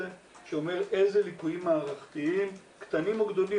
שאומר איזה ליקויים מערכתיים קטנים או גדולים,